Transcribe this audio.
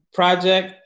project